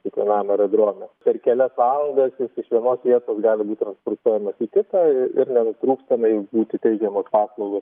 kiekvienam aerodrome per kelias valandas jis iš vienos vietos gali būt transportuojamas į kitą ir nenutrūkstamai būti teikiamos paslaugos